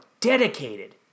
dedicated